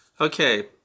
Okay